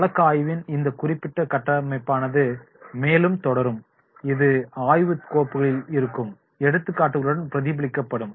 வழக்கு ஆய்வின் இந்த குறிப்பிட்ட கட்டமைப்பானது மேலும் தொடரும் இது ஆய்வுப் கோப்புகளில் இருக்கும் எடுத்துக்காட்டுக்குள் பிரதிபலிக்கப்படும்